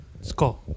score